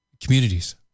communities